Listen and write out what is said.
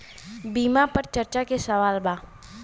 बीमा पर चर्चा के सवाल बा?